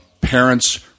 parents